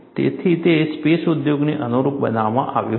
તેથી તે સ્પેસ ઉદ્યોગને અનુરૂપ બનાવવામાં આવ્યું હતું